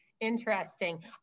Interesting